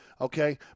Okay